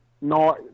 no